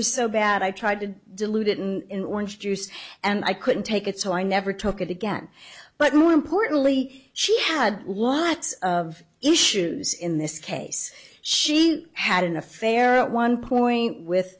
was so bad i tried to dilute it in orange juice and i couldn't take it so i never took it again but more importantly she had lots of issues in this case she had an affair at one point with